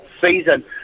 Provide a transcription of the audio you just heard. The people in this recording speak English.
season